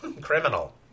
criminal